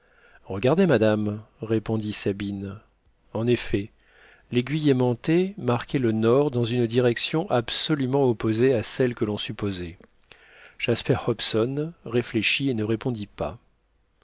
regardez madame répondit sabine en effet l'aiguille aimantée marquait le nord dans une direction absolument opposée à celle que l'on supposait jasper hobson réfléchit et ne répondit pas